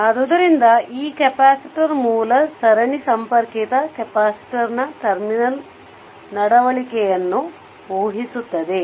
ಆದ್ದರಿಂದ ಈ ಕೆಪಾಸಿಟರ್ ಮೂಲ ಸರಣಿ ಸಂಪರ್ಕಿತ ಕೆಪಾಸಿಟರ್ನ ಟರ್ಮಿನಲ್ ನಡವಳಿಕೆಯನ್ನುಊಹಿಸುತ್ತದೆ